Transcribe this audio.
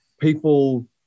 people